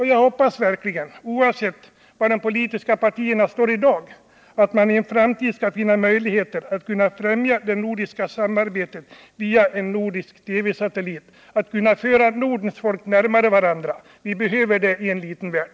Jag hoppas verkligen, oavsett var de politiska partierna står i dag, att man i framtiden skall finna möjligheter att främja det nödvändiga samarbetet via en nordisk TV-satellit som kan föra Nordens folk närmare varandra. Vi behöver det i en liten värld.